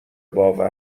باور